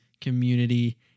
community